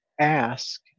Ask